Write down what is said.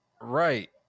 right